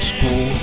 School